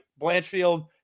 Blanchfield